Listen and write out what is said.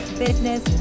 business